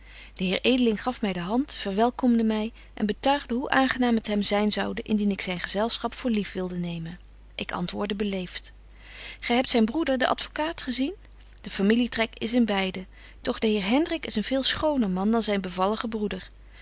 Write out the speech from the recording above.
sara burgerhart ling gaf my de hand verwelkomde my en betuigde hoe aangenaam het hem zyn zoude indien ik zyn gezelschap voor lief wilde nemen ik antwoordde beleeft gy hebt zyn broeder den advocaat gezien de familietrek is in beide doch de heer hendrik is een veel schoner man dan zyn bevallige broeder